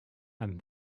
and